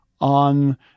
on